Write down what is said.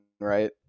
right